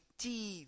tea